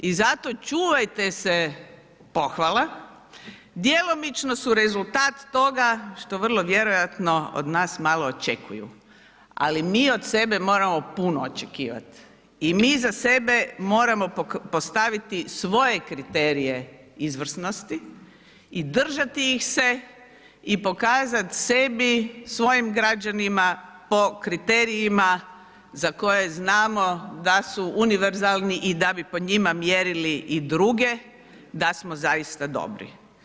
I zato čuvajte se pohvala, djelomično su rezultat toga što vrlo vjerojatno od nas malo očekuju, ali mi od sebe moramo puno očekivati i mi za sebe moramo postaviti svoje kriterije izvrsnosti i držati iz se i pokazati sebi, svojim građanima po kriterijima za koje znamo da su univerzalni i da bi po njima mjerili i druge, da smo zaista dobri.